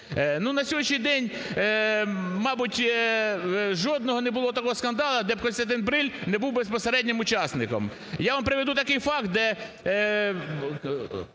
на сьогоднішній день, мабуть, жодного не було такого скандалу, де б Костянтин Бриль не був би безпосереднім учасником. Я вам приведу такий факт.